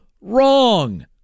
wrong